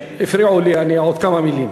הפריעו לי, עוד כמה מילים.